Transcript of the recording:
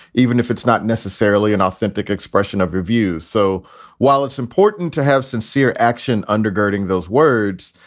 even if it's not necessarily an authentic expression of review. so while it's important to have sincere action undergirding those words,